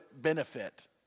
benefit